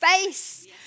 face